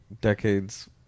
decades